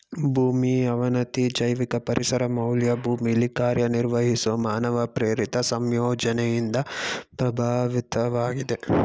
ಭೂಮಿ ಅವನತಿ ಜೈವಿಕ ಪರಿಸರ ಮೌಲ್ಯ ಭೂಮಿಲಿ ಕಾರ್ಯನಿರ್ವಹಿಸೊ ಮಾನವ ಪ್ರೇರಿತ ಸಂಯೋಜನೆಯಿಂದ ಪ್ರಭಾವಿತವಾಗಿದೆ